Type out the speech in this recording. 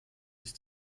sich